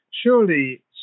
surely